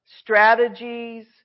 strategies